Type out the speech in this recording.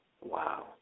Wow